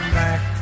back